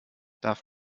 darf